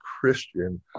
Christian